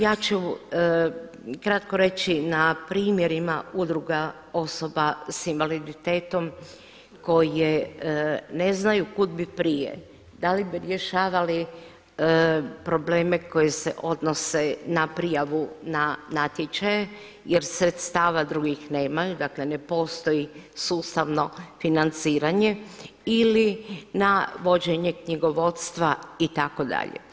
Ja ću kratko reći na primjerima udruga osoba sa invaliditetom koje ne znaju kuda bi prije, da li bi rješavali probleme koji se odnose na prijavu na natječaje jer sredstava drugih nemaju, dakle ne postoji sustavno financiranje ili na vođenje knjigovodstva itd.